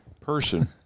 person